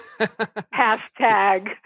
Hashtag